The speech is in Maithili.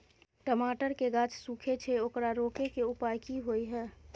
टमाटर के गाछ सूखे छै ओकरा रोके के उपाय कि होय है?